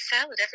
salad